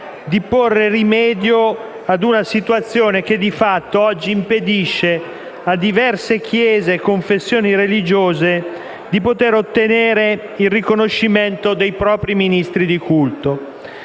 di porre rimedio a una situazione che di fatto oggi impedisce a diverse Chiese e confessioni religiose di ottenere il riconoscimento dei propri ministri di culto.